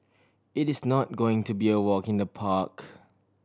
it is not going to be a walk in the park